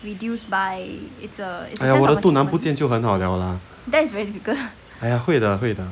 !aiya! 我的肚腩不见就很好了 lah !aiya! 会的会的